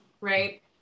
right